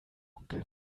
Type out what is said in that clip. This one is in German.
onkel